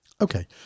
Okay